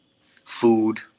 Food